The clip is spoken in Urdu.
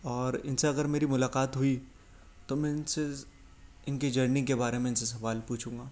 اور ان سے اگر میری ملاقات ہوئی تو میں ان سے ان کی جرنی کے بارے میں ان سے سوال پوچھوں گا